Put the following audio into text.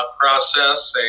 process